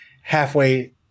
halfway